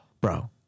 Bro